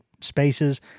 spaces